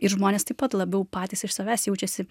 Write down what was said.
ir žmonės taip pat labiau patys iš savęs jaučiasi